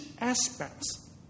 aspects